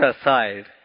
aside